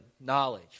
knowledge